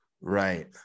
Right